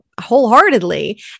wholeheartedly